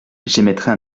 j’émettrais